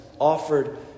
offered